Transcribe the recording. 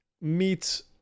meets